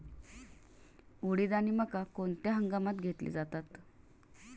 उडीद आणि मका कोणत्या हंगामात घेतले जातात?